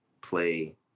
play